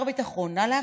אז שר הביטחון, נא להחליט,